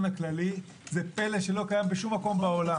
הכללי זה פלא שלא קיים בשום מקום בעולם.